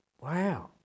wow